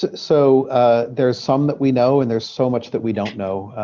so there is some that we know and there's so much that we don't know.